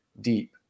deep